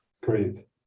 great